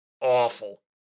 awful